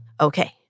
Okay